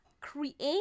create